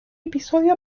episodio